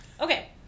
okay